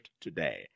today